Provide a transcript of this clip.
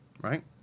Right